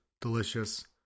delicious